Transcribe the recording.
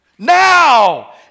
Now